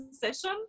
session